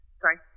Sorry